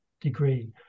degree